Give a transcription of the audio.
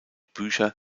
bücher